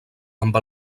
amb